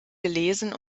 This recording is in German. gelesen